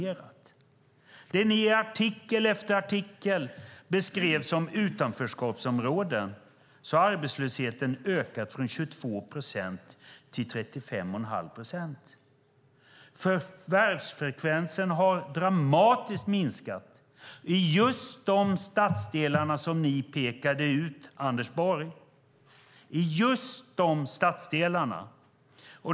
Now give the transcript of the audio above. I det ni i artikel efter artikel beskrev som utanförskapsområden har arbetslösheten ökat från 22 procent till 35 1⁄2 procent. Förvärvsfrekvensen har minskat dramatiskt i just de stadsdelar som ni pekade ut, Anders Borg.